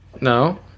No